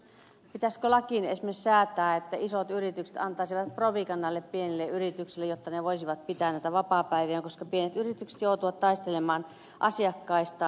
pitäisikö lakiin esimerkiksi säätää että isot yritykset antaisivat provikan näille pienille yrityksille jotta ne voisivat pitää näitä vapaapäiviään koska pienet yritykset joutuvat taistelemaan asiakkaistaan